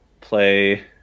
play